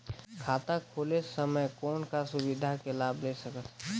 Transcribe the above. खाता खोले समय कौन का सुविधा के लाभ ले सकथव?